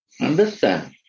Understand